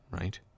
right